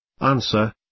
Answer